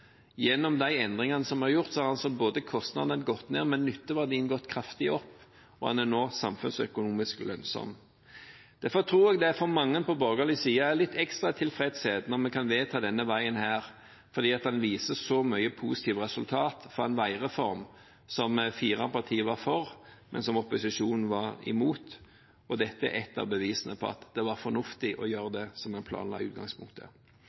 Gjennom de endringene som vi har gjort, har altså både kostnadene gått ned og nytteverdien gått kraftig opp, og den er nå samfunnsøkonomisk lønnsom. Derfor tror jeg det for mange på borgerlig side gir litt ekstra tilfredshet når vi kan vedta denne veien, for den viser så mange positive resultater av en veireform som fire partier var for, men som opposisjonen var imot. Dette er ett av bevisene på at det var fornuftig å gjøre det vi planla i utgangspunktet.